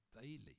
daily